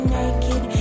naked